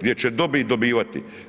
gdje će dobit dobivati.